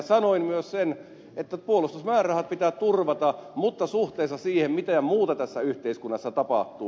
sanoin myös sen että puolustusmäärärahat pitää turvata mutta suhteessa siihen mitä muuta tässä yhteiskunnassa tapahtuu